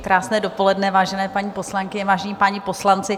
Krásné dopoledne, vážené paní poslankyně, vážení páni poslanci.